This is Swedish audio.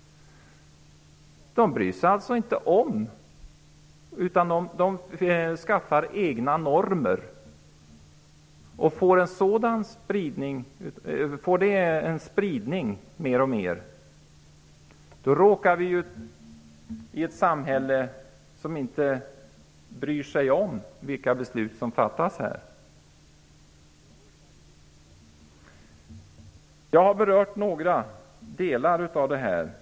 De bryr sig alltså inte om samhällets normer utan skaffar sig egna. Om detta mer och mer får spridning får vi ett samhälle där man inte bryr sig om vilka beslut som fattas i Sveriges riksdag. Jag har nu berört några delar av ungdomspolitiken.